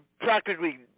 practically